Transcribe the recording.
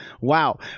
wow